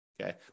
okay